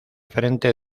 frente